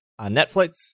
Netflix